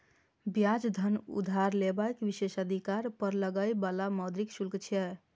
ब्याज धन उधार लेबाक विशेषाधिकार पर लागै बला मौद्रिक शुल्क छियै